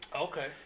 Okay